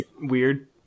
weird